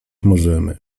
możemy